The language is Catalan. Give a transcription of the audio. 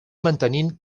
mantenint